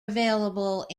available